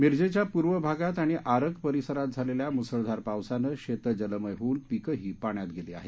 मिरजेच्या पूर्व भागात आणि आरग परिसरात झालेल्या मुसळधार पावसानं शेतं जलमय होऊन पिकंही पाण्यात गेली आहेत